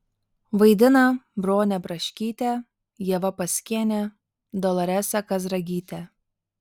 vaidina bronė braškytė ieva paskienė doloresa kazragytė